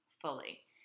fully